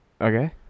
Okay